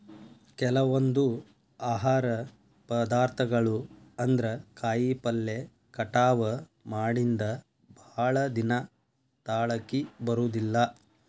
ಕೆಲವೊಂದ ಆಹಾರ ಪದಾರ್ಥಗಳು ಅಂದ್ರ ಕಾಯಿಪಲ್ಲೆ ಕಟಾವ ಮಾಡಿಂದ ಭಾಳದಿನಾ ತಾಳಕಿ ಬರುದಿಲ್ಲಾ